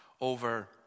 over